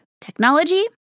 technology